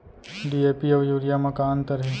DAP अऊ urea म का अंतर हे?